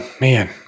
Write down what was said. man